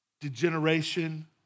degeneration